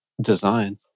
design